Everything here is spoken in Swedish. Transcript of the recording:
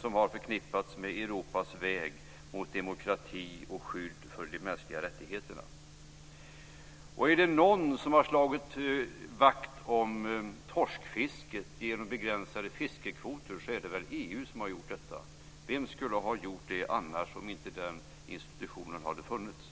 som har förknippats med Europas väg mot demokrati och skydd för de mänskliga rättigheterna. Är det någon som har slagit vakt om torskfisket genom begränsade fiskekvoter är det väl EU. Vem skulle annars ha gjort det om den institutionen inte hade funnits?